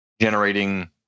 generating